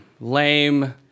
lame